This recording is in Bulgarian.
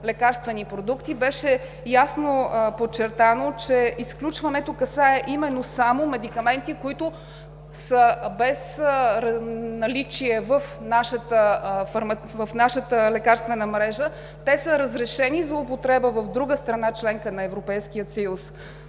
лекарствени продукти, беше ясно подчертано, че изключването касае именно само медикаменти, които са без наличие в нашата лекарствена мрежа, те са разрешени за употреба в друга страна – членка на Европейския съюз.